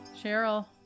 Cheryl